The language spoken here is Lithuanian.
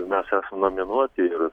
mes esam nominuoti ir